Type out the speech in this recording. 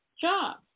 job